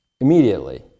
immediately